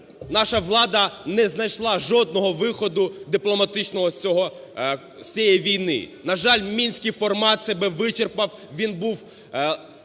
наша влада не знайшла жодного виходу дипломатичного з цього... з цієї війни. На жаль, мінський формат себе вичерпав, він був